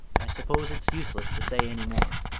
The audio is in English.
i suppose it's useless to say any more.